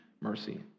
mercy